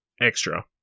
extra